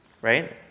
right